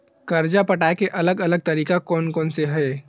कर्जा पटाये के अलग अलग तरीका कोन कोन से हे?